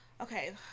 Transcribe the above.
okay